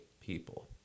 people